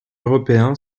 européen